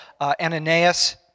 Ananias